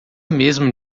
mesmo